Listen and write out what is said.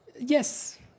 Yes